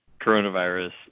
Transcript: coronavirus